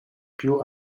più